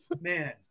man